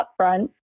upfront